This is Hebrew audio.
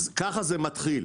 ככה זה מתחיל.